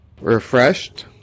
refreshed